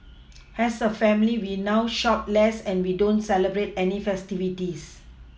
has a family we now shop less and we don't celebrate any festivities